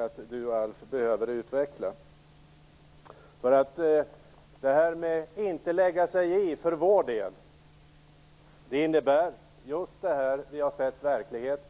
Att inte lägga sig i innebär för vår del just det som vi har sett